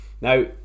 Now